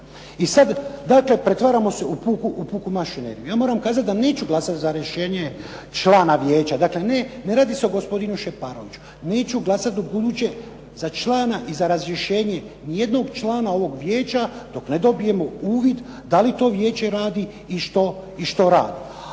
I sada dakle pretvaramo se u puku mašineriju. Ja moram kazati da neću glasati za rješenje člana vijeća. Dakle ne radi se o gospodinu Šeparoviću, neću glasati ubuduće za člana i za razrješenje nijednog člana ovog vijeća dok ne dobijemo uvid da li to vijeće radi i što radi.